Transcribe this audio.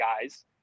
guys